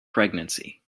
pregnancy